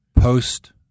post